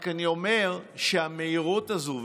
אני רק אומר שהמהירות הזו,